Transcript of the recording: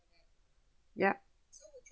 yup